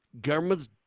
governments